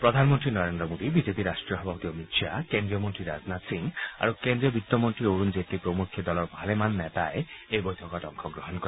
প্ৰধানমন্ত্ৰী নৰেন্দ্ৰ মোডী বিজেপিৰ ৰাষ্ট্ৰীয় সভাপতি অমিত খাহ কেন্দ্ৰীয় গৃহমন্ত্ৰী ৰাজনাথ সিং আৰু কেন্দ্ৰীয় বিত্তমন্ত্ৰী অৰুণ জেটলী প্ৰমুখ্যে দলৰ ভালেমান নেতাই এই বৈঠকত অংশগ্ৰহণ কৰে